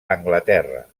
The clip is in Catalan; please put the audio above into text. anglaterra